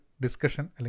discussion